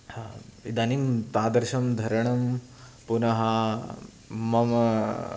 हा इदानीं तादृशं धरणं पुनः मम